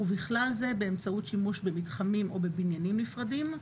ובכלל זה באמצעות שימוש במתחמים או בבניינים נפרדים,